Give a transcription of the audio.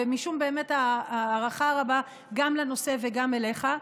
ומשום באמת ההערכה הרבה גם לנושא וגם אליך,